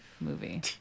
movie